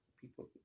people